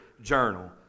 journal